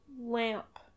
Lamp